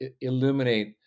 illuminate